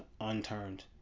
unturned